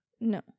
No